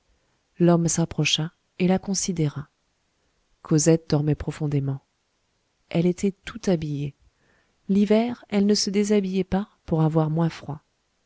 l'homme s'approcha et la considéra cosette dormait profondément elle était toute habillée l'hiver elle ne se déshabillait pas pour avoir moins froid